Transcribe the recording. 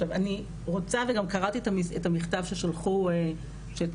עכשיו אני רוצה וגם קראתי את המכתב ששלחו אתמול,